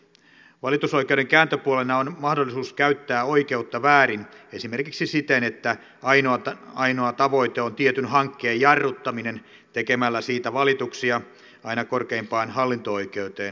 valitusoikeuden kääntöpuolena on mahdollisuus käyttää oikeutta väärin esimerkiksi siten että ainoa tavoite on tietyn hankkeen jarruttaminen tekemällä siitä valituksia aina korkeimpaan hallinto oikeuteen asti